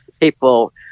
people